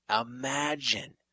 imagine